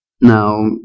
Now